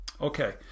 Okay